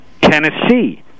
Tennessee